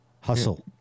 Hustle